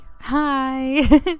Hi